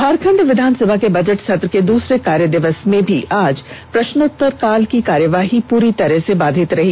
झारखंड विधानसभा के बजट सत्र के दूसरे कार्यदिवस में भी आज प्रश्नोत्तरकाल की कार्यवाही पूरी तरह से बाधित रही